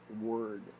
word